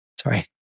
sorry